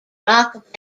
rock